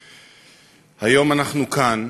היום אנחנו כאן